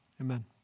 amen